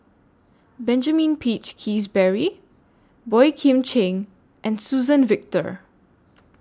Benjamin Peach Keasberry Boey Kim Cheng and Suzann Victor